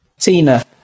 Tina